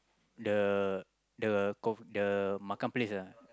the the kouf~ the Makan-Place ah